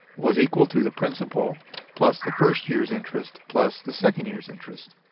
was equal to the principal plus the first year's interest plus the second year's interest.